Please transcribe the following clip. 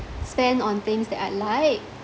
spend on things that I like